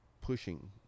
pushing